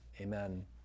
amen